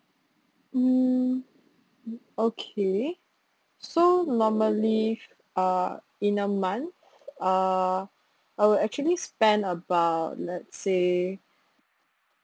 hmm okay so normally uh in a month uh I will actually spend about let's say